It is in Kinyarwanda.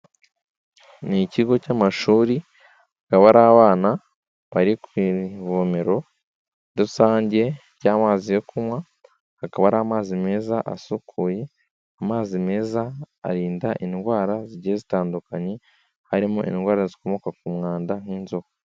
Ni ikigo cy'amashuri, akaba ari abana bari ku ivomero rusange ry'amazi yo kunywa, akaba ari amazi meza asukuye, amazi meza arinda indwara zigiye zitandukanye harimo indwara zikomoka ku mwanda nk'inzoka.